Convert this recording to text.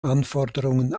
anforderungen